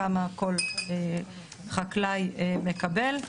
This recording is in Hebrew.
כמה כל חקלאי מקבל,